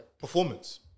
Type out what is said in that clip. Performance